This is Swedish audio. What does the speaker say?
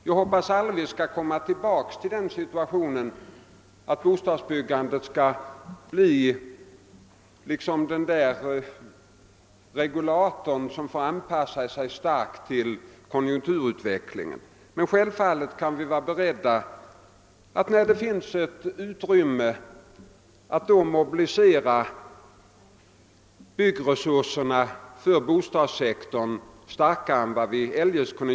Vi hoppas emellertid att vi inte skall behöva komma tillbaka till den situationen att bostadsbyggandet utgör ett slags regulator som får anpassa sig starkt till konjunkturutvecklingen. Självfallet är vi å andra sidan beredda att när det finns utrymme göra en kraftigare mobilisering av resurserna för bostadssektorn än eljest.